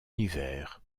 hiver